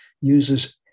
Uses